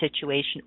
situation